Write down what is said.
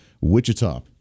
Wichita